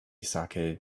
saké